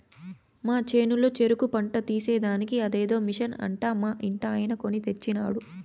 మా చేనులో చెరుకు పంట తీసేదానికి అదేదో మిషన్ అంట మా ఇంటాయన కొన్ని తెచ్చినాడు